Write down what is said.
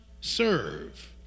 serve